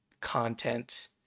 content